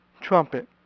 trumpet